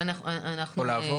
יש לי הערה